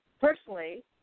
personally